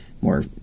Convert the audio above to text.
more